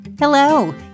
Hello